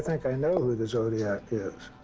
like i know who the zodiac is.